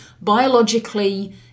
biologically